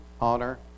honor